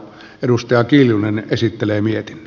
edustaja kiljunen esittelee mietti